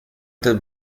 del